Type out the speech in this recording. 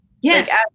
Yes